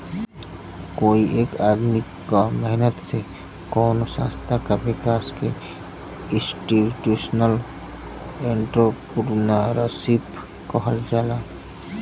कोई एक आदमी क मेहनत से कउनो संस्था क विकास के इंस्टीटूशनल एंट्रेपर्नुरशिप कहल जाला